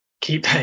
keep